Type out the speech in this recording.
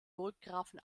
burggrafen